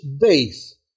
base